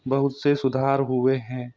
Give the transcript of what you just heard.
बहुत से सुधार हुए हैं